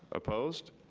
opposed,